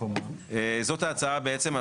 זאת ההצעה בעצם.